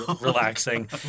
relaxing